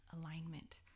alignment